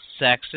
sexist